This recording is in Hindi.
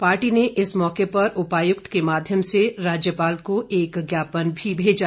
पार्टी ने इस मौके पर उपायुक्त के माध्यम से राज्यपाल को एक ज्ञापन भी भेजा